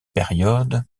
période